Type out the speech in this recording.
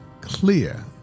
clear